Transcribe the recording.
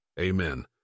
Amen